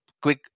Quick